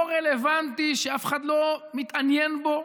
לא רלוונטי, שאף אחד לא מתעניין בו,